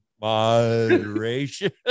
moderation